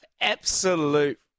absolute